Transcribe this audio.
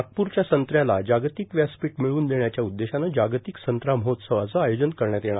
नागपूरच्या संत्र्याला जार्गातक व्यासपीठ ामळवून देण्याच्या उद्देशानं जार्गातक संत्रा महोत्सवाचं आयोजन करण्यात येणार